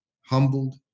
humbled